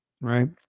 right